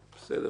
תודה.